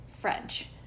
French